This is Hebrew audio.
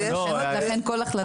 לכן כל החלטה,